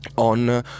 On